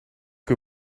que